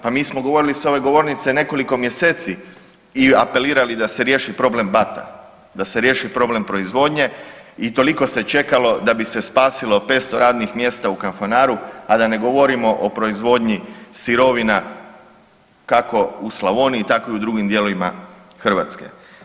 Pa mi smo govorili s ove govornice nekoliko mjeseci i apelirali da se riješi problem BAT-a, da se riješi problem proizvodnje i toliko se čekalo da bi se spasilo 500 radnih mjesta u Kanfanaru, a da ne govorimo o proizvodnji sirovina kako u Slavoniji tako i u drugim dijelovima Hrvatske.